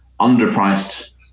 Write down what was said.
underpriced